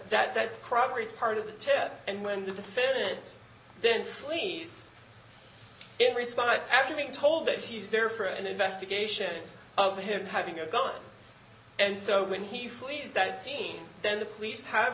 that that corroborates part of the tear and when the defense then flees in response after being told that he's there for an investigation of him having a gun and so when he flees that scene then the police have